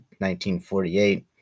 1948